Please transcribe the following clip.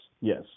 Yes